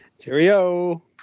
Cheerio